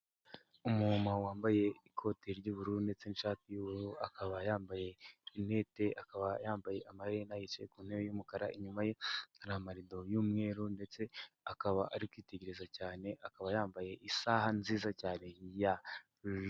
Umu mama wambaye ikote ry'ubururu ndetse ishati y'ubururu, akaba yambaye rinete, akaba yambaye amaherena. Yicaye ku ntebe y'umukara inyuma ye hari amarido y'umweru ndetse akaba ari kwitegereza cyane, akaba yambaye isaha nziza cyane ya.